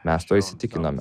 mes tuo įsitikinome